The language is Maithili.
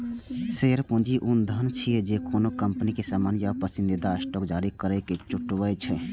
शेयर पूंजी ऊ धन छियै, जे कोनो कंपनी सामान्य या पसंदीदा स्टॉक जारी करैके जुटबै छै